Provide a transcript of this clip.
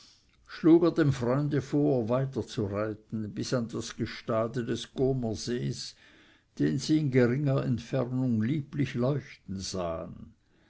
schlug er dem freunde vor weiterzureiten bis an das gestade des comersees den sie in geringer entfernung lieblich leuchten sahen